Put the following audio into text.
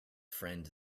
friend